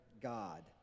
God